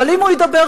אבל אם הוא ידבר,